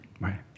right